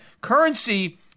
Currency